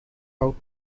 out